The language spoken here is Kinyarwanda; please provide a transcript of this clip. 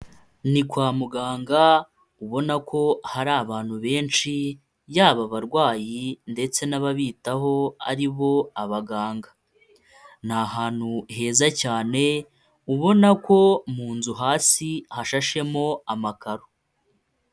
Ni kwa muganga ubona ko hari abantu benshi, yaba abarwayi ndetse n'ababitaho ari bo abaganga, ni ahantu heza cyane ubona ko mu nzu hasi hashashemo amakaro.